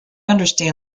understand